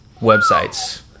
websites